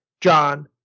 John